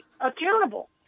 accountable